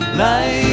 life